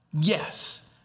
Yes